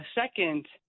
second